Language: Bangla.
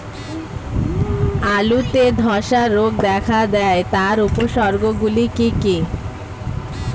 আলুতে ধ্বসা রোগ দেখা দেয় তার উপসর্গগুলি কি কি?